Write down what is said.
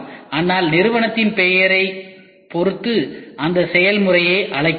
ஆனால் நிறுவனத்தின் பெயரைப் பொருத்து இந்த செயல்முறையை அழைக்கிறோம்